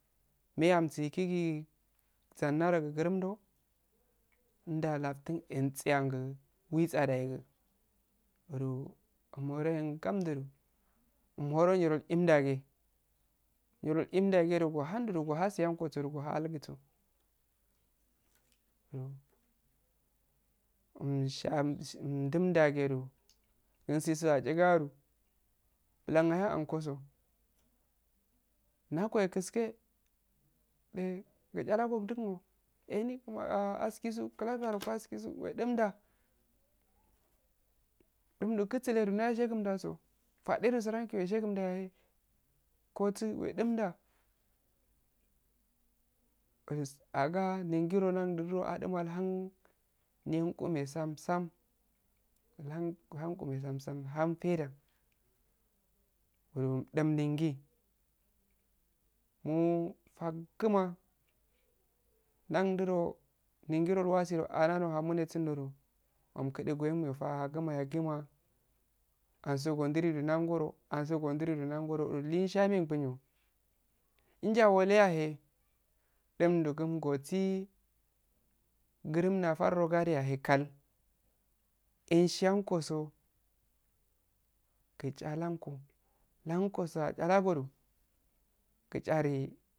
Mey amssu ikigi zanna rogu gurumdo nduwa laftunno ensiya witssiyan da egu. wene ngamdudu wehan niro il-ilm daghe umhoro niro im-daghe niro imdagha doh gohandudu gohasiyango sodu gohan algusso umdulmdaghedo gum ssishm atsisayodu bulan ayaanko-tso nakohe keskke susharago dugun-oow ehn askisu kelafiyoroko askisu weddum da du kusuledu ndaw shegumddago fadedu tsirankki weshegundda yahe kotsu wedun dda asa ningiro nanduduro aduma ndalha niqqume tsam-tsam, illhan faidda woro-umddu nninggi muu fagua ndadudo ningiro iwasi doh andda nohamune sunddo umkudu gweyengumi faguma ansso gondiridu nahgoro nahgoro injjaweleyahe ilddumdoh kungotsi gurrum naffar gade yahe enshe gosoh gushalanko lonkoso ashalagodo gishari